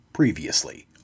Previously